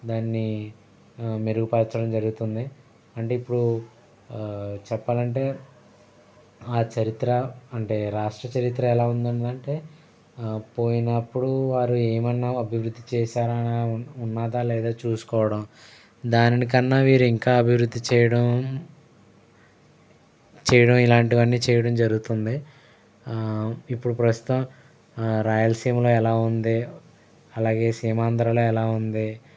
దాన్ని మెరుగుపరచడం జరుగుతుంది అంటే ఇప్పుడు చెప్పాలంటే ఆ చరిత్ర అంటే రాష్ట్ర చరిత్ర ఎలా ఉందుందంటే పోయినప్పుడు వారు ఏమన్నా అభివృద్ధి చేశారాన ఉన్నదా లేదా చూసుకోవడం దానిని కన్నా వీరింకా అభివృద్ధి చేయడం చేయడం ఇలాంటివన్నీ చేయడం జరుగుతుంది ఇప్పుడు ప్రస్తుతం రాయలసీమలో ఎలా ఉంది అలాగే సీమాంధ్రలో ఎలా ఉంది